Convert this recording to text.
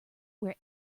where